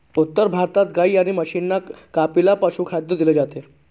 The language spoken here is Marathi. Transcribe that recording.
उत्तर भारतात गाई आणि म्हशींना कपिला पशुखाद्य दिले जाते